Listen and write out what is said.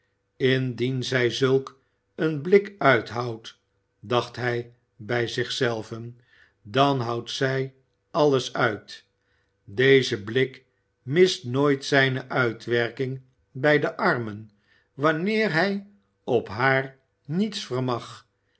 indien zij zulk een blik uithoudt dacht hij bij zich zelven dan houdt zij alles uit deze blik mist nooit zijne uitwerking bij de armen wanneer hij op haar niets vermag